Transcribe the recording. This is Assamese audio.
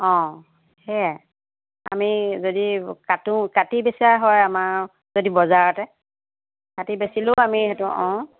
অঁ সেয়াই আমি যদি কাটো কাটি বেচা হয় আমাৰ যদি বজাৰতে কাটি বেচিলেও আমি সেইটো অঁ